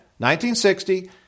1960